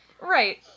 Right